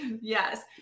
Yes